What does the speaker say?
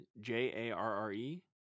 J-A-R-R-E